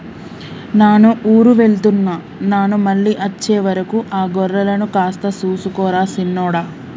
నాను ఊరు వెళ్తున్న నాను మళ్ళీ అచ్చే వరకు ఆ గొర్రెలను కాస్త సూసుకో రా సిన్నోడా